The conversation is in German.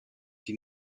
die